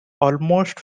almost